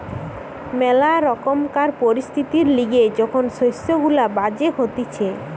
ম্যালা রকমকার পরিস্থিতির লিগে যখন শস্য গুলা বাজে হতিছে